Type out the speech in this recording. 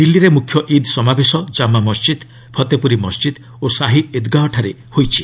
ଦିଲ୍ଲୀରେ ମୁଖ୍ୟ ଇଦ୍ ସମାବେଶ କାମା ମସ୍ଜିଦ୍ ଫତେପୁରୀ ମସ୍ଜିଦ୍ ଓ ଶାହି ଇଦ୍ଗାହଠାରେ ହୋଇଛି